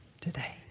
today